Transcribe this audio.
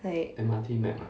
like